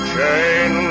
Chain